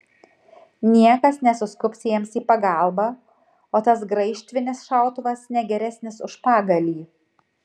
niekas nesuskubs jiems į pagalbą o tas graižtvinis šautuvas ne geresnis už pagalį